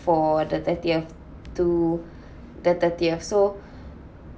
for the thirtieth to the thirtieth so